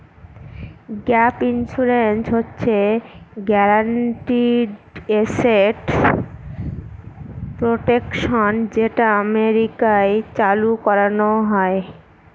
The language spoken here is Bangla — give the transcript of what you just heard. গ্যাপ ইন্সুরেন্স হচ্ছে গ্যারান্টিড এসেট প্রটেকশন যেটা আমেরিকায় চালু করানো হয়